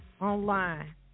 online